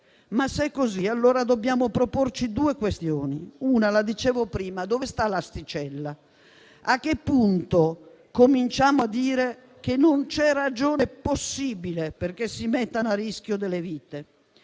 Se è così, dobbiamo allora porci due questioni. Una la ponevo prima: dove sta l'asticella? A che punto cominciamo a dire che non vi è ragione possibile perché si mettano a rischio delle vite?